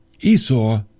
Esau